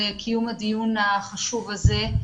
על קיום הדיון החשוב הזה.